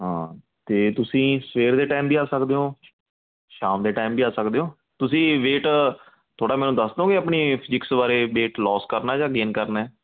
ਹਾਂ ਅਤੇ ਤੁਸੀਂ ਸਵੇਰ ਦੇ ਟਾਈਮ ਵੀ ਆ ਸਕਦੇ ਹੋ ਸ਼ਾਮ ਦੇ ਟਾਈਮ ਵੀ ਆ ਸਕਦੇ ਹੋ ਤੁਸੀਂ ਵੇਟ ਥੋੜ੍ਹਾ ਮੈਨੂੰ ਦੱਸ ਦੋਗੇ ਆਪਣੀ ਫਿਜਿਕਸ ਬਾਰੇ ਵੇਟ ਲੋਸ ਕਰਨਾ ਜਾਂ ਗੇਨ ਕਰਨਾ